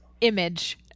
image